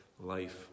life